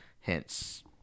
hence